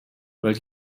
weil